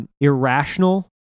Irrational